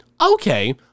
okay